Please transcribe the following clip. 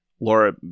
Laura